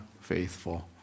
faithful